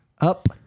Up